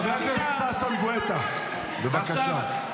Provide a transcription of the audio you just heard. חבר הכנסת ששון גואטה, בבקשה.